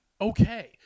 okay